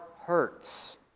hurts